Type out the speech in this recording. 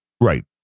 Right